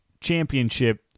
championship